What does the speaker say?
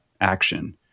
action